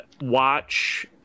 watch